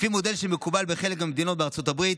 לפי מודל שמקובל בחלק מהמדינות בארצות הברית,